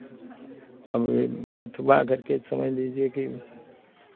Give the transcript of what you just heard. अब वे बतबा करके समझ लीजिए कि